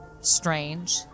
strange